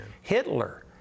Hitler